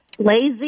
lazy